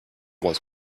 was